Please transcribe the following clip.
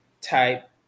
type –